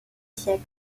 siècle